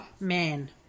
Man